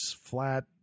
flat